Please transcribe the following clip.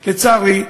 לצערי,